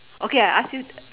okay I ask you